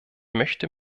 möchte